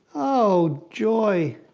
oh, joy.